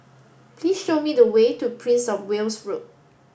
please show me the way to Prince Of Wales Road